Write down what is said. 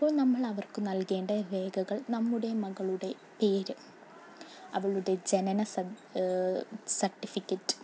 അപ്പോൾ നമ്മൾ അവർക്ക് നൽകേണ്ട രേഖകൾ നമ്മുടെ മകളുടെ പേര് അവളുടെ ജനന സർട്ടിഫിക്കറ്റ്